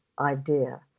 idea